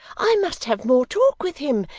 i must have more talk with him.